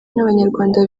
n’abanyarwanda